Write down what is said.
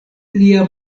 lia